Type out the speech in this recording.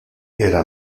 era